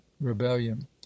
rebellion